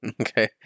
okay